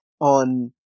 on